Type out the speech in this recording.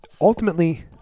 ultimately